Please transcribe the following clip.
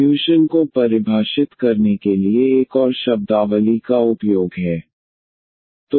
solution को परिभाषित करने के लिए एक और शब्दावली का उपयोग है